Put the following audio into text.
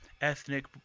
ethnic